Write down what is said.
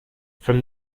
from